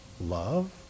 love